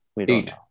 Eight